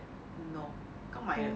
no 刚买的